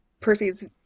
percy's